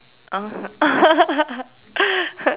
uh